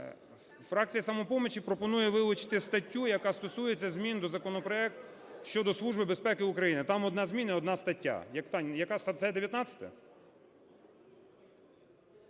фракція "Самопоміч" пропонує вилучити статтю, яка стосується змін до законопроекту щодо Служби безпеки України. Там одна зміна і одна стаття. Таня, яка стаття, 19-а?